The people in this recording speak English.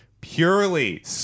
purely